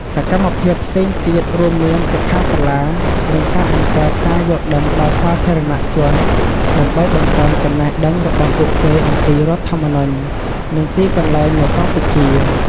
សកម្មភាពផ្សេងទៀតរួមមានសិក្ខាសាលា និងការបង្កើតការយល់ដឹងដល់សាធារណជន ដើម្បីបង្កើនចំណេះដឹងរបស់ពួកគេអំពីរដ្ឋធម្មនុញ្ញ និងទីកន្លែងនៅកម្ពុជា។